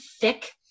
thick